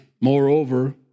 Moreover